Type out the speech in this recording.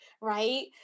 right